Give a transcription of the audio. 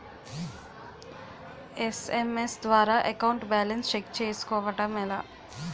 SMS ద్వారా account balance check చేసుకోవటం ఎలా?